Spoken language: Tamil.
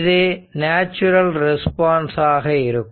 இது நேச்சுரல் ரெஸ்பான்ஸ் ஆக இருக்கும்